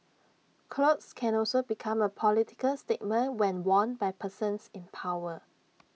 clothes can also become A political statement when worn by persons in power